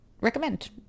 Recommend